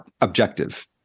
objective